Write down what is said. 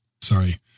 Sorry